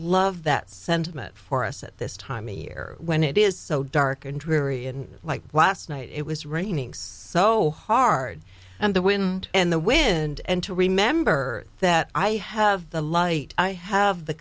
love that sentiment for us at this time of year when it is so dark and dreary and like last night it was raining so hard and the wind and the wind and to remember that i have the light i have the